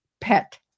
pet